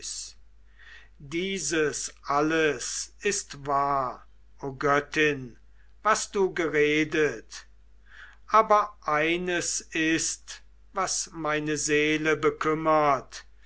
dieses alles ist wahr o göttin was du geredet aber eines ist was meine seele bekümmert